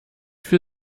für